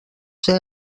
ser